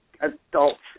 adults